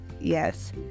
Yes